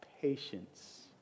patience